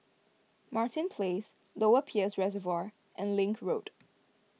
Martin Place Lower Peirce Reservoir and Link Road